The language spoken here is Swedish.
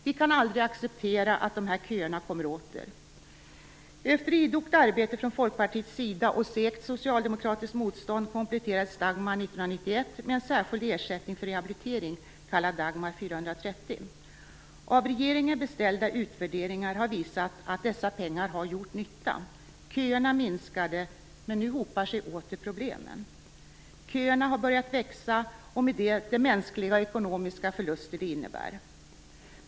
Vi kan aldrig acceptera att dessa köer kommer åter. Efter idogt arbete från Folkpartiets sida och segt socialdemokratiskt motstånd kompletterades Dagmar 1991 med en särskild ersättning för rehabilitering, kallad för Dagmar 430. Av regeringen beställda utvärderingar har visat att dessa pengar har gjort nytta. Köerna minskade. Men nu hopar sig åter problemen. Köerna har börjat växa, med de mänskliga och ekonomiska förluster det innebär.